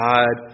God